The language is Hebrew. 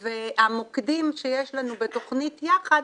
והמוקדים שיש לנו בתכנית 'יחד',